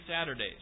Saturdays